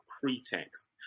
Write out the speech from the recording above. pretext